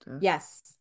yes